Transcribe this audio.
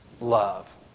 love